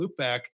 loopback